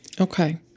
Okay